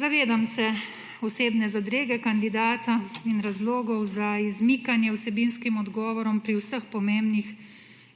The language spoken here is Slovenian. Zavedam se osebne zadrege kandidata in razlogov za izmikanje vsebinskim odgovorom pri vseh pomembnih